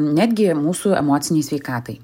netgi mūsų emocinei sveikatai